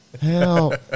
hell